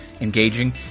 engaging